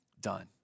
done